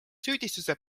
süüdistuse